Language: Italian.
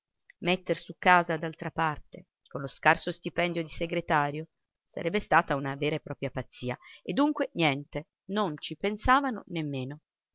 metter su casa d'altra parte con lo scarso stipendio di segretario sarebbe stata una vera e propria pazzia e dunque niente non ci pensavano nemmeno